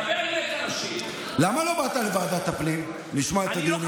דבר, למה לא באת לוועדת הפנים לשמוע את הדיונים?